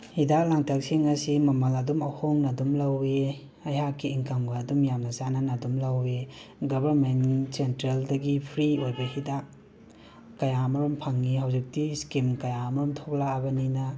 ꯍꯤꯗꯥꯛ ꯂꯥꯡꯊꯛꯁꯤꯡ ꯑꯁꯤ ꯃꯃꯜ ꯑꯗꯨꯝ ꯑꯍꯣꯡꯅ ꯑꯗꯨꯝ ꯂꯧꯋꯤ ꯑꯩꯍꯥꯛꯀꯤ ꯏꯪꯀꯝꯒ ꯑꯗꯨꯝ ꯆꯥꯟꯅꯅ ꯑꯗꯨꯝ ꯂꯧꯋꯤ ꯒꯕꯔꯃꯦꯟ ꯁꯦꯟꯇ꯭ꯔꯦꯜꯗꯒꯤ ꯐ꯭ꯔꯤ ꯑꯣꯏꯕ ꯍꯤꯗꯥꯛ ꯀꯌꯥ ꯃꯔꯨꯝ ꯐꯡꯉꯤ ꯍꯨꯖꯤꯛꯇꯤ ꯁ꯭ꯀꯤꯝ ꯀꯌꯥꯃꯔꯨꯝ ꯊꯣꯂꯑꯕꯅꯤꯅ